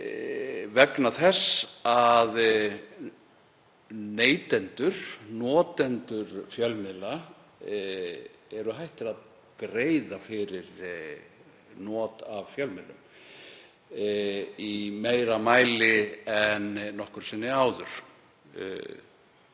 vegna þess að neytendur, notendur fjölmiðla, eru hættir að greiða fyrir not af fjölmiðlum í meira mæli en nokkru sinni áður.